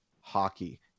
hockey